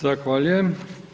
Zahvaljujem.